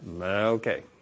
Okay